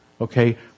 okay